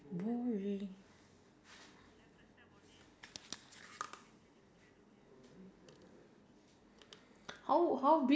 how could okay listen listen how could an everyday object be used if it were a lot bigger or smaller